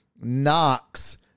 knocks